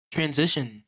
Transition